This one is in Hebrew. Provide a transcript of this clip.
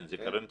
כן, זה בידוד.